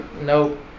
Nope